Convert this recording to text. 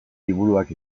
liburuak